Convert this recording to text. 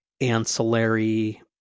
ancillary